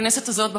בכנסת הזאת,